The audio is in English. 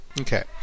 Okay